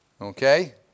Okay